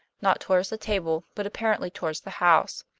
not toward the table, but apparently toward the house.